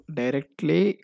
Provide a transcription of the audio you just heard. directly